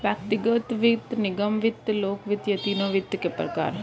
व्यक्तिगत वित्त, निगम वित्त, लोक वित्त ये तीनों वित्त के प्रकार हैं